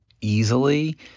easily